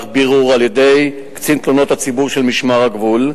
בירור על-ידי קצין תלונות הציבור של משמר הגבול,